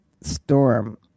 storm